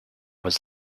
was